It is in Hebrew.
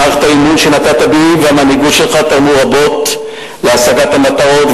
מערכת האמון שנתת בי והמנהיגות שלך תרמו רבות להשגת המטרות,